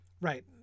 right